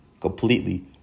completely